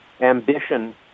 ambition